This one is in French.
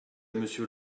monsieur